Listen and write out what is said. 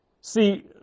See